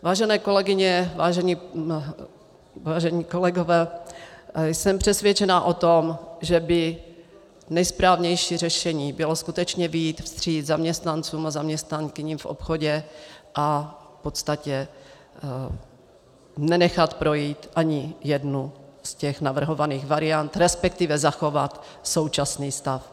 Vážené kolegyně, vážení kolegové, jsem přesvědčena o tom, že by nejsprávnější řešení bylo skutečně vyjít vstříc zaměstnancům a zaměstnankyním v obchodě a v podstatě nenechat projít ani jednu z těch navrhovaných variant, resp. zachovat současný stav.